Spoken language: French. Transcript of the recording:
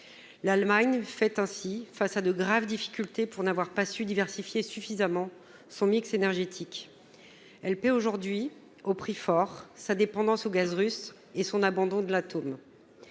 L'Allemagne fait face à de graves difficultés pour n'avoir pas su diversifier suffisamment son mix énergétique. Elle paye aujourd'hui au prix fort sa dépendance au gaz russe et son abandon de l'atome.